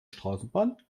straßenbahn